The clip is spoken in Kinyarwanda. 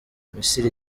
misiri